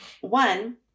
One